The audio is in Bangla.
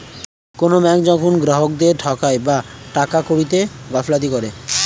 কোনো ব্যাঙ্ক যখন গ্রাহকদেরকে ঠকায় বা টাকা কড়িতে গাফিলতি করে